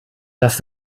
dass